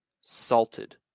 salted